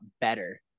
better